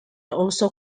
also